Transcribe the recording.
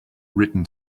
written